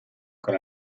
con